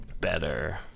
better